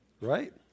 right